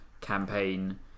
campaign